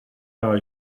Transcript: are